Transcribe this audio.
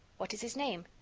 what is his name?